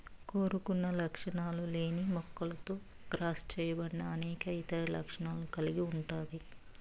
కోరుకున్న లక్షణాలు లేని మొక్కతో క్రాస్ చేయబడి అనేక ఇతర లక్షణాలను కలిగి ఉంటాది